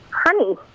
honey